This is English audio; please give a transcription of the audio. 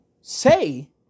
say